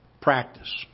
practice